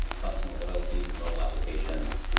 customer loyalty through mobile applications,